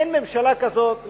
אין ממשלה כזאת,